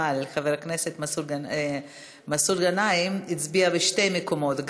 אבל חבר הכנסת מסעוד גנאים הצביע בשני מקומות,